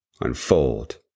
unfold